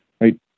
right